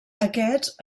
aquests